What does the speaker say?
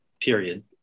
period